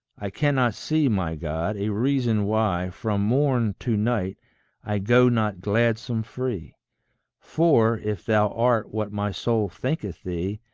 i cannot see, my god, a reason why from morn to night i go not gladsome free for, if thou art what my soul thinketh thee,